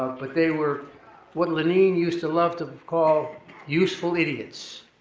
but they were what lenin used to love to call useful idiots.